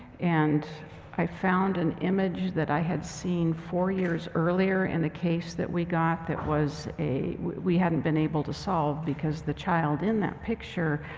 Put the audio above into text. and i found an image that i had seen four years earlier in a case that we got that was a. we hadn't been able to solve, because the child in that picture,